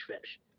fish